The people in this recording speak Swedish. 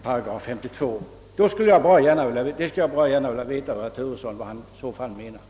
Jag skulle i så fall bra gärna vilja veta vad i mitt anförande herr Turesson syftade på.